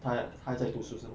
他还他还在读书是吗